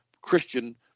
Christian